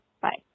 Bye